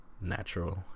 natural